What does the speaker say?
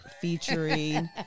featuring